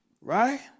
Right